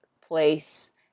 place